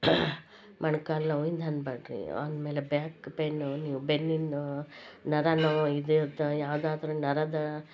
ಮೊಣ್ಕಾಲ್ ನೋವಿಂದು ಅನ್ನಬೇಡ್ರಿ ಆಮೇಲೆ ಬ್ಯಾಕ್ ಪೇಯ್ನ್ ನೋವು ನೀವು ಬೆನ್ನಿನ ನರ ನೋವೂ ಇದೆ ಅಂತ ಯಾವುದಾದ್ರೂ ನರದ